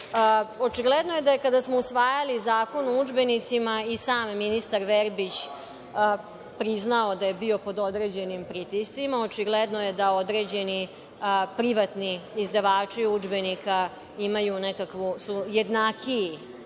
Očigledno je da kada smo usvajali Zakon o udžbenicima i sam ministar Verbić priznao da je bio pod određenim pritiscima. Očigledno je da određeni privatni izdavači udžbenika su jednakiji,